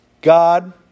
God